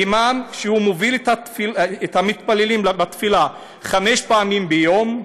אימאם, שמוביל את המתפללים בתפילה חמש פעמים ביום,